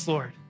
Lord